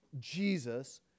Jesus